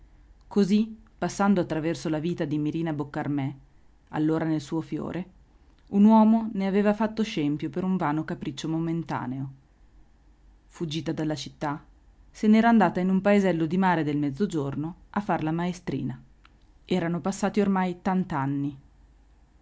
così passando attraverso la vita di mirina boccarmè allora nel suo fiore un uomo ne aveva fatto scempio per un vano capriccio momentaneo fuggita dalla città se n'era andata in un paesello di mare del mezzogiorno a far la maestrina erano passati ormai